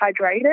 hydrated